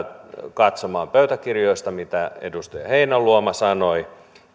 katsomaan pöytäkirjoista mitä edustaja heinäluoma sanoi